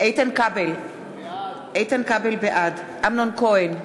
איתן כבל, בעד אמנון כהן,